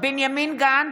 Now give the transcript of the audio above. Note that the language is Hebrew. בנימין גנץ,